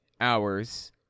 hours